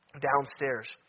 downstairs